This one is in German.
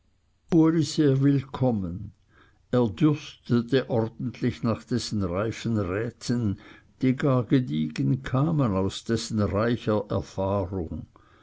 willkommen er dürstete ordentlich nach dessen reifen räten die gar gediegen kamen aus dessen reicher erfahrung